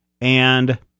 And-